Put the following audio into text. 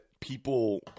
people